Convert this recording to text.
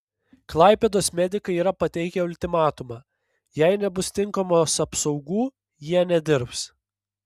klaipėdos medikai yra pateikę ultimatumą jei nebus tinkamos apsaugų jie nedirbs